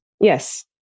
Yes